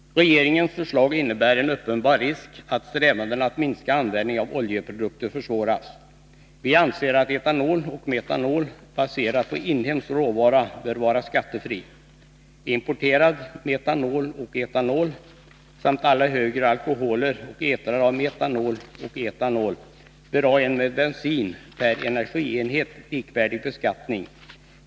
Regeringens förslag innebär en uppenbar risk att strävandena att minska användningen av oljeprodukter försvåras. Vi anser att etanol och metanol baserade på inhemsk råvara bör vara skattefria. Importerad metanol och etanol samt alla högre alkoholer och etrar av metanol och etanol bör ha en med bensin per energienhet likvärdig beskattning.